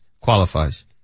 qualifies